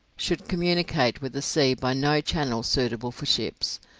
should communicate with the sea by no channel suitable for ships,